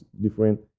different